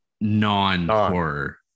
non-horror